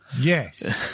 yes